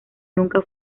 nunca